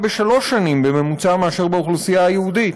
בשלוש שנים בממוצע משל האוכלוסייה היהודית.